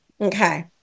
okay